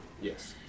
Yes